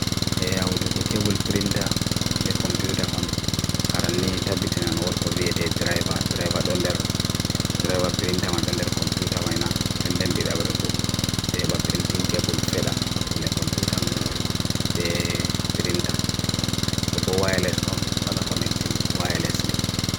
ʻʻɛʻat̥ ʻʻam ʸ ʻɛʻiʲt̥ ʻaʲt̥ ʰɛʻuʴɛ ʱɪm ʰɪm. ʻɛʻuʷ ʷʰʳeʸ ʱɪm ʰeʜt̥ ʸɪm ʰeʜt̥ ʰiʲt̥ʳʸ ʲaʲt̥ ʸɪm ʰeʜtʰa ʸeʜaʸ ʸeʜtʳʰi ʱɪm ʰeʜtʳʰi ʱɪm ʸiʜtʰa ʸeʜtʰa �